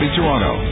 Toronto